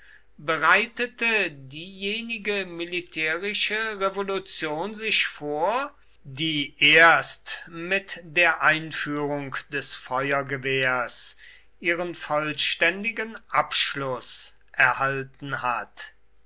bereitete diejenige militärische revolution sich vor die erst mit der einführung des feuergewehrs ihren vollständigen abschluß erhalten hat